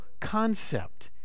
concept